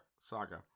saga